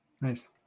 Nice